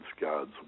God's